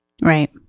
Right